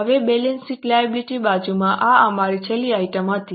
હવે balance sheet liability બાજુમાં આ અમારી છેલ્લી આઇટમ હતી